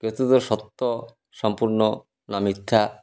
କେତେଦୁର ସତ ସମ୍ପୂର୍ଣ୍ଣ ନା ମିଥ୍ୟା